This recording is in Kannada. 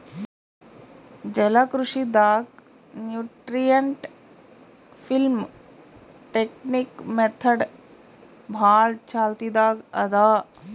ಜಲಕೃಷಿ ದಾಗ್ ನ್ಯೂಟ್ರಿಯೆಂಟ್ ಫಿಲ್ಮ್ ಟೆಕ್ನಿಕ್ ಮೆಥಡ್ ಭಾಳ್ ಚಾಲ್ತಿದಾಗ್ ಅದಾ